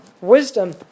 wisdom